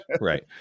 right